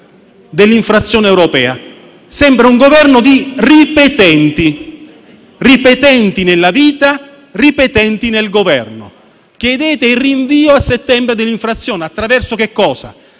dell'infrazione. Sembra un Governo di ripetenti, ripetenti nella vita, ripetenti nel Governo. Chiedete il rinvio a settembre dell'infrazione e attraverso che cosa?